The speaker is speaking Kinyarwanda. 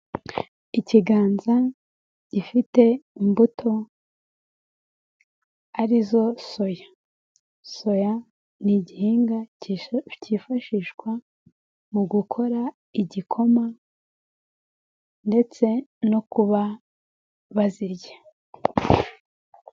Ikiganza gifite imbuto ari zo soya, soya ni igihinga cyifashishwa mu gukora igikoma ndetse no kuba bazirya.